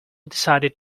decided